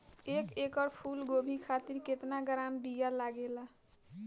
एक एकड़ फूल गोभी खातिर केतना ग्राम बीया लागेला?